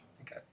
Okay